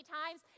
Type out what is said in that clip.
times